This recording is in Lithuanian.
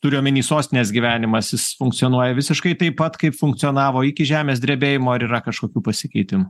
turiu omeny sostinės gyvenimas jis funkcionuoja visiškai taip pat kaip funkcionavo iki žemės drebėjimo ar yra kažkokių pasikeitimų